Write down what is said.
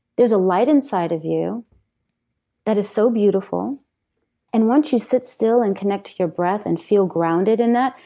there's a light inside of you that is so beautiful and once you sit still and connect to your breath and feel grounded in that,